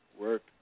work